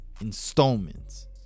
installments